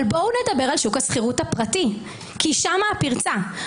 אבל בואו נדבר על שוק השכירות הפרטי כי שם הפרצה.